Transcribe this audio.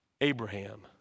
Abraham